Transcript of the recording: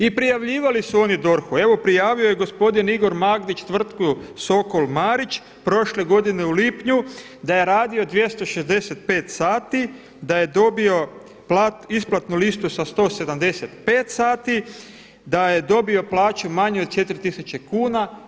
I prijavljivali su oni DORH-u, evo prijavio je gospodin Igor Magdić tvrtku Sokol Marić, prošle godine u lipnju da je radio 265 sati, da je dobio isplatnu listu sa 175 sati, da je dobio plaću manju od 4 tisuće kuna.